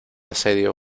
asedio